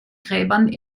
gräbern